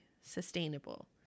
sustainable